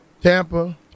Tampa